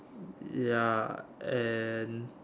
ya and